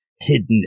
hidden